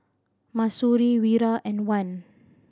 Mahsuri Wira and Wan